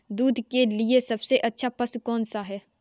दूध के लिए सबसे अच्छा पशु कौनसा है?